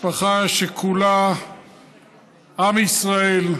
משפחה שכולה עם ישראל,